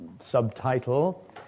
subtitle